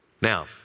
Now